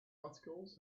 articles